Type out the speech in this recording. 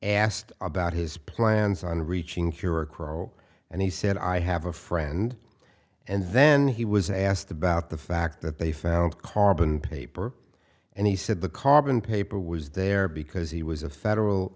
asked about his plans on reaching cure a crow and he said i have a friend and then he was asked about the fact that they found carbon paper and he said the carbon paper was there because he was a federal